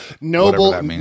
Noble